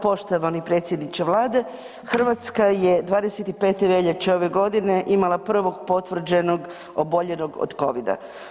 Poštovani predsjedniče Vlade, Hrvatska je 25. veljače ove godine imala prvog potvrđenog oboljelog od Covida.